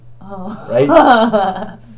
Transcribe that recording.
Right